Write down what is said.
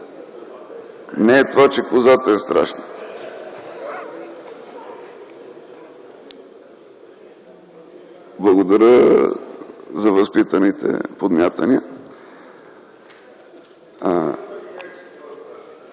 не е мотивът, че козата е страшна! Благодаря за възпитаните подмятания.